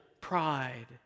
pride